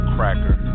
Cracker